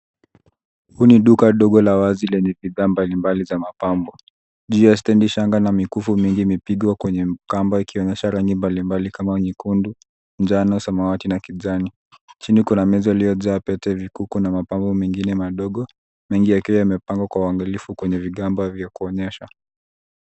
Huu ni duka ndogo la wazi lenye bidhaa mbali mbali za mapambo juu ya stendi shanga na mikufu mingi imepigwa kwenye kamba ikionyesha rangi mbali mbali kama nyekundu njano na samawati na kijani. Chini kuna meza iliyojaa pete, vikuku na mapambo mengine madogo mengi yakiwa yamepangwa kwa uangalifu na vitambaa vya kounyesha.